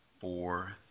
four